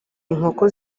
inkoko